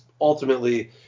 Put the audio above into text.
ultimately